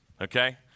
okay